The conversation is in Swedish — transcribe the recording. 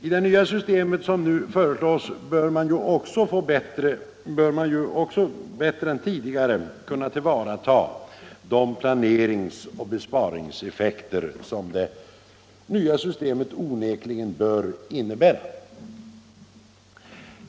I det nya system som nu föreslås bör man också bättre än tidigare kunnatillvarata de planerings-och besparingseffekter som det nya systemet onekligen innebär.